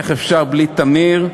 איך אפשר בלי להודות לטמיר,